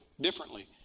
differently